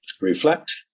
reflect